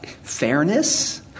Fairness